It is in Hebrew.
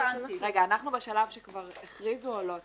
אנחנו בשלב שכבר הכריזו או לא הכריזו?